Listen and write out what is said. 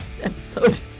episode